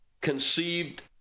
conceived